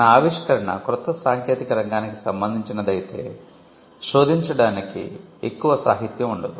మన ఆవిష్కరణ క్రొత్త సాంకేతిక రంగానికి సంబందించినదైతే శోధించడానికి ఎక్కువ సాహిత్యం ఉండదు